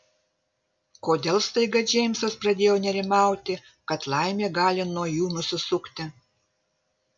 kodėl staiga džeimsas pradėjo nerimauti kad laimė gali nuo jų nusisukti